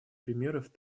примеров